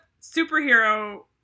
superhero